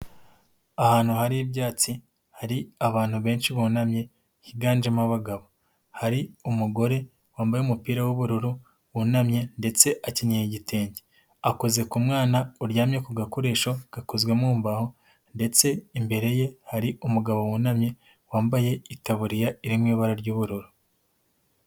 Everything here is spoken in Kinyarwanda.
Ahantu hari h'ibyatsi, hari abantu benshi bunamye higanjemo abagabo, hari umugore wambaye umupira w'ubururu wunamye ndetse akenyeye igitenge, akoze ku mwana uryamye ku gakoresho gakozwe mu mbaho ndetse imbere ye hari umugabo wunamye wambaye itaburiya iri mu ibara ry'ubururu.